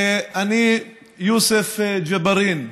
שאני, יוסף ג'בארין,